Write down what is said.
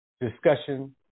discussion